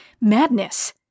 Madness